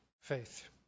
faith